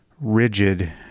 rigid